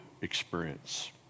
experience